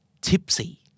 tipsy